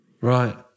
Right